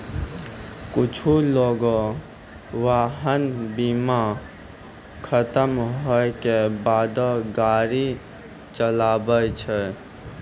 कुछु लोगें वाहन बीमा खतम होय के बादो गाड़ी चलाबै छै